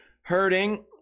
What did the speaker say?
hurting